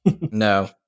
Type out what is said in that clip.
No